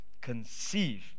conceive